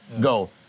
go